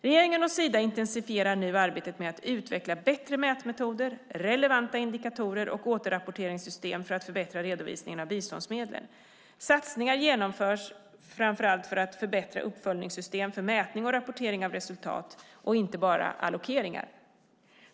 Regeringen och Sida intensifierar nu arbetet med att utveckla bättre mätmetoder, relevanta indikatorer och återrapporteringssystem för att förbättra redovisningen av biståndsmedlen. Satsningar görs framför allt för att förbättra uppföljningssystem för mätning och rapportering av resultat, inte bara allokeringar.